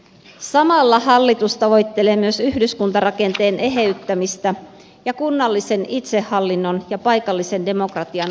samalla hallitus tavoittelee myös yhdyskuntarakenteen eheyttämistä ja kunnallisen itsehallinnon ja paikallisen demokratian vahvistamista